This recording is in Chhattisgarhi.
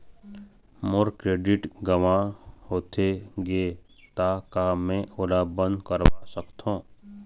मोर क्रेडिट गंवा होथे गे ता का मैं ओला बंद करवा सकथों?